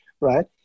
right